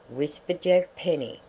whispered jack penny,